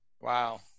Wow